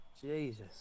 Jesus